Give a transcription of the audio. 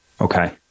Okay